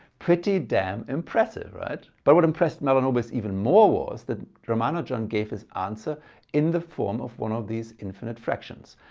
pretty damn impressive, right? but what impressed mahalanobis even more was that ramanujan gave his answer in the form of one of these infinite fractions.